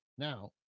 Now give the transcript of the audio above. Now